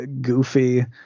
goofy